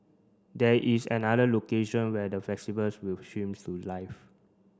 there is another location where the festivals will streams to live